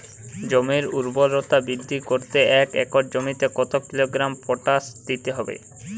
জমির ঊর্বরতা বৃদ্ধি করতে এক একর জমিতে কত কিলোগ্রাম পটাশ দিতে হবে?